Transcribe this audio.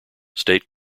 state